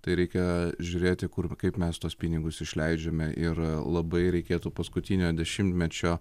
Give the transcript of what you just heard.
tai reikia žiūrėti kur kaip mes tuos pinigus išleidžiame yra labai reikėtų paskutiniojo dešimtmečio